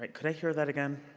but could i hear that again?